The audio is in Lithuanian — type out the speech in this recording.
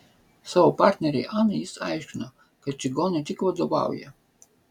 savo partnerei anai jis aiškino kad čigonai tik vadovauja